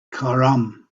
cairum